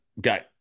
got